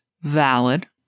Valid